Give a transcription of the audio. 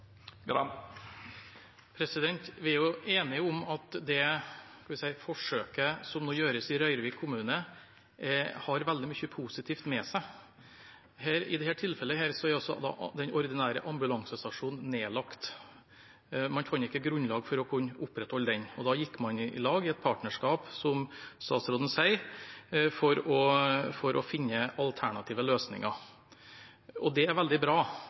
Vi er enige om at det forsøket som nå gjøres i Røyrvik kommune, har veldig mye positivt ved seg. I dette tilfellet er den ordinære ambulansestasjonen nedlagt. Man fant ikke grunnlag for å kunne opprettholde den, og da gikk man i lag, i et partnerskap, som statsråden sier, for å finne alternative løsninger. Det er veldig bra,